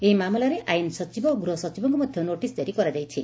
ଏହି ମାମଲାରେ ଆଇନ ସଚିବ ଓ ଗୃହ ସଚିବଙ୍କୁ ମଧ୍ୟ ନୋଟିସ୍ ଜାରି କରାଯାଇଛି